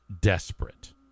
desperate